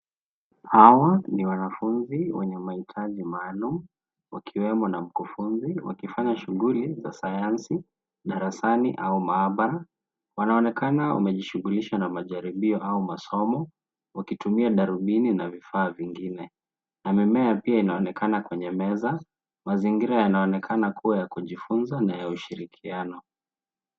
Hawa ni wanafunzi wenye mahitaji maalum wakiwemo na mkufunzi ,wakifanya shughuli za sayansi darasani au maabara .Wanaonekana wamejishughulisha na jaribio au masomo wakitumia darubini na vifaa vingine. Na mimea pia inaonekana kwenye meza. Mazingira yanaonekana kuwa ya kujifunza na ya ushirikiano.